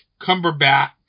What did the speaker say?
Cumberbatch